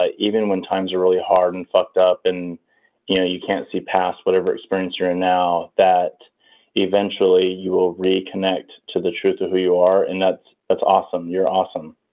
ah even when times are really hard and fucked up and you know you can't see past whatever experience you're in now, that eventually you will reconnect to the truth of who you are and that's that's awesome. you're awesome